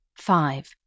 Five